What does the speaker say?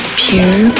pure